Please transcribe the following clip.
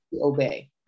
obey